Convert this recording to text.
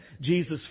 Jesus